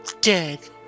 dead